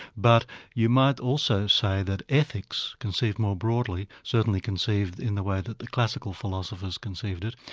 but you might also say that ethics, conceived more broadly, certainly conceived in the way that the classical philosophers conceived it,